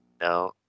No